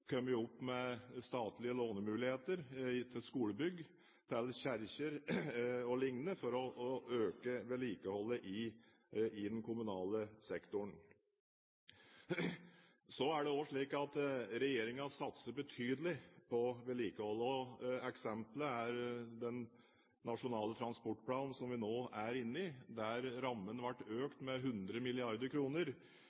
kommunesektoren, kommet opp med statlige lånemuligheter til skolebygg, kirker o.l. for å øke vedlikeholdet i den kommunale sektoren. Så er det også slik at regjeringen satser betydelig på vedlikehold. Et eksempel er Nasjonal transportplan som vi nå er inne i, der